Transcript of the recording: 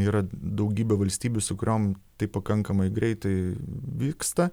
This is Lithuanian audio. yra daugybė valstybių su kuriom tai pakankamai greitai vyksta